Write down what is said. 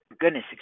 Goodness